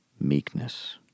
meekness